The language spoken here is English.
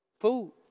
Food